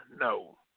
No